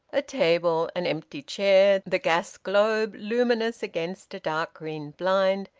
a table, an empty chair, the gas-globe luminous against a dark-green blind,